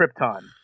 Krypton